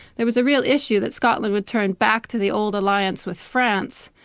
it was a real issue that scotland would turn back to the old alliance with france,